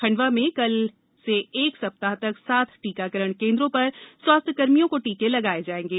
खण्डवा में कल से एक सप्ताह तक सात टीकाकरण केन्द्रों पर स्वास्थ्यकर्मियों को टीके लगाये जायेंगे